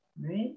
right